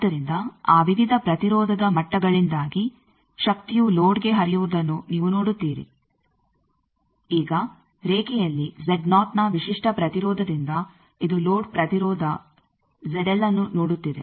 ಆದ್ದರಿಂದ ಆ ವಿವಿಧ ಪ್ರತಿರೋಧದ ಮಟ್ಟಗಳಿಂದಾಗಿ ಶಕ್ತಿಯು ಲೋಡ್ಗೆ ಹರಿಯುವುದನ್ನು ನೀವು ನೋಡುತ್ತೀರಿ ಈಗ ರೇಖೆಯಲ್ಲಿ ನ ವಿಶಿಷ್ಟ ಪ್ರತಿರೋಧದಿಂದ ಇದು ಲೋಡ್ ಪ್ರತಿರೋಧ ಅನ್ನು ನೋಡುತ್ತಿದೆ